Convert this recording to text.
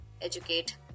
educate